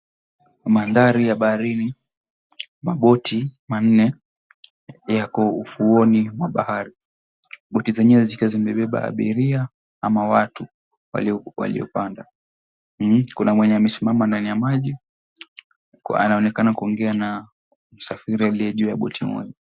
Maandhari ya baharini. Maboti manne yako ufuoni mwa bahari, boti zenyewe zikiwa zimebeba abiria ama watu waliopanda, kuna mwenye amesimama kwa maji anaonekana kuongea na msafiri aliye juu ya boti moja.